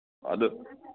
ꯑꯗꯨ